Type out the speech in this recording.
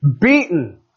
beaten